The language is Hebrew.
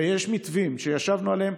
ויש מתווים שישבנו עליהם,